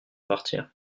partir